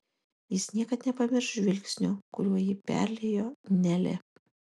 jis niekad nepamirš žvilgsnio kuriuo jį perliejo nelė